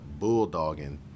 bulldogging